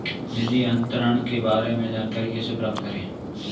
निधि अंतरण के बारे में जानकारी कैसे प्राप्त करें?